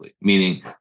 meaning